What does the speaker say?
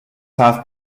half